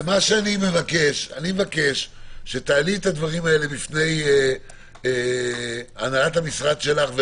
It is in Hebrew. אני מבקש שתעלי את הדברים הללו בפני הנהלת המשרד שלכם ומהר,